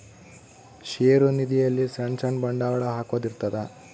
ಷೇರು ನಿಧಿ ಅಲ್ಲಿ ಸಣ್ ಸಣ್ ಬಂಡವಾಳ ಹಾಕೊದ್ ಇರ್ತದ